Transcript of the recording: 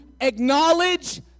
acknowledge